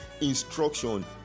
instruction